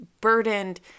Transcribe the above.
burdened